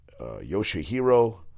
Yoshihiro